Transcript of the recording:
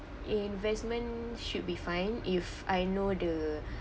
investment should be fine if I know the